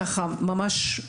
וכך זה נקרא,